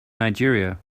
nigeria